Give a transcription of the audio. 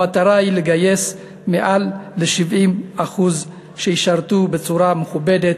המטרה היא לגייס מעל ל-70% שישרתו בצורה מכובדת,